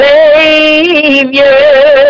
Savior